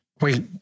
Wait